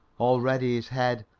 already his head,